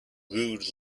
rude